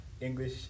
English